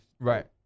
Right